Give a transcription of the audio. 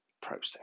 process